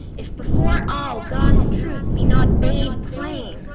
if before all god's truth be not bade plain.